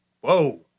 Whoa